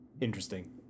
interesting